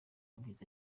byiza